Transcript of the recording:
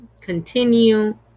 Continue